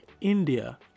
India